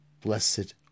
blessed